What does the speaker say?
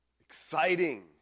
exciting